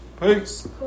Peace